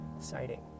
sighting